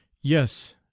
yes